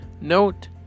Note